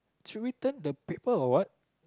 should we turn the people or what